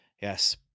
Yes